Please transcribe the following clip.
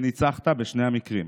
שניצחת בשני המקרים.